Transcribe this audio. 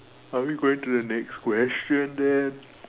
are we going to the next question then